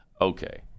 Okay